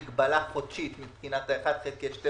יש מגבלה חודשית מבחינת 1 חלקי 12,